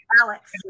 Alex